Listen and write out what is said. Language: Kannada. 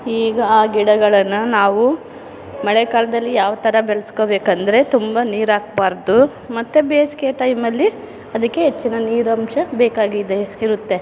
ಈಗ ಆ ಗಿಡಗಳನ್ನು ನಾವು ಮಳೆಗಾಲದಲ್ಲಿ ಯಾವ ಥರ ಬೆಳೆಸ್ಕೋಬೇಕೆಂದ್ರೆ ತುಂಬ ನೀರಾಕ್ಬಾರ್ದು ಮತ್ತೆ ಬೇಸಿಗೆ ಟೈಮಲ್ಲಿ ಅದಕ್ಕೆ ಹೆಚ್ಚಿನ ನೀರಾಂಶ ಬೇಕಾಗಿದೆ ಇರುತ್ತೆ